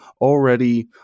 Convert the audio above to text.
already